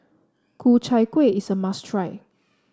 Ku Chai Kuih is a must try